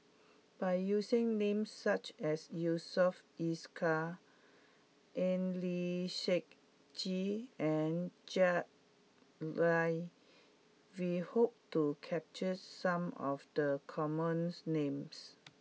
by using names such as Yusof Ishak Eng Lee Seok Chee and Jack Lai we hope to capture some of the common names